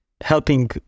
helping